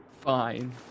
Fine